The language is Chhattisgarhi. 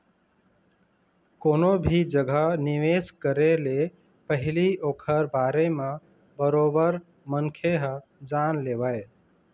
कोनो भी जघा निवेश करे ले पहिली ओखर बारे म बरोबर मनखे ह जान लेवय